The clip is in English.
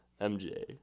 MJ